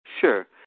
Sure